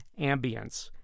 ambience